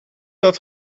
dat